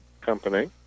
company